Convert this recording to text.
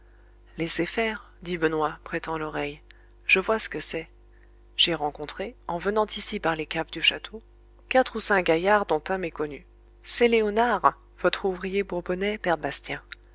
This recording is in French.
laissez faire dit benoît prêtant l'oreille je vois ce que c'est j'ai rencontré en venant ici par les caves du château quatre ou cinq gaillards dont un m'est connu c'est léonard votre ouvrier bourbonnais père bastien